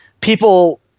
people